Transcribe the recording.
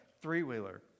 three-wheeler